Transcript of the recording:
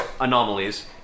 anomalies